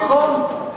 נכון.